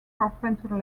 carpenter